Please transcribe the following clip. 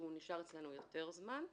שנשאר אצלנו יותר זמן,